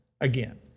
again